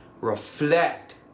reflect